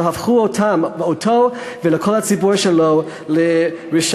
והפכו אותו ואת כל הציבור שלו לרשעים.